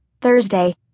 Thursday